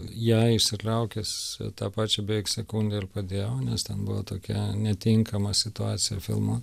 ją išsitraukęs tą pačią beveik sekundę ir padėjau nes ten buvo tokia netinkama situacija filmuo